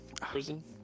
prison